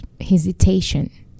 hesitation